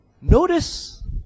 Notice